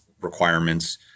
requirements